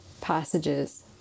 passages